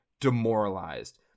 demoralized